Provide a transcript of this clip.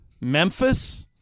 Memphis –